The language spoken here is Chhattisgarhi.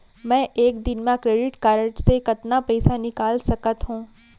मैं एक दिन म क्रेडिट कारड से कतना पइसा निकाल सकत हो?